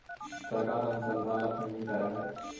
सरकार अनुसंधान ला फंडिंग करअ हई